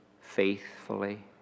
faithfully